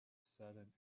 sudden